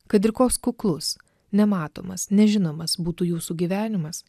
kad ir koks kuklus nematomas nežinomas būtų jūsų gyvenimas